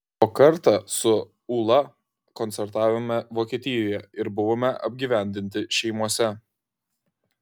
o kartą su ūla koncertavome vokietijoje ir buvome apgyvendinti šeimose